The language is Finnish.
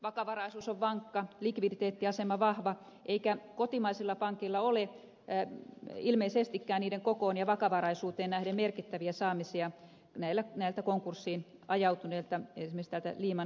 vakavaraisuus on vankka likviditeettiasema vahva eikä kotimaisilla pankeilla ole ilmeisestikään niiden kokoon ja vakavaraisuuteen nähden merkittäviä saamisia näiltä konkurssiin ajautuneilta esimerkiksi täältä lehman brothersilta